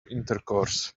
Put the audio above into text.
intercourse